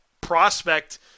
prospect